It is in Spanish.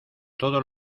todos